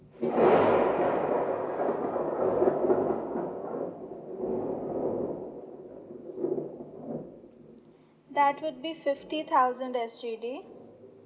that would be fifty thousand S_G_D